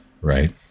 right